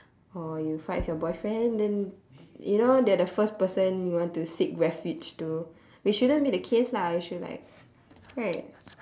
or you fight with your boyfriend then you know they're the first person you want to seek refuge to which shouldn't be the case lah you should like right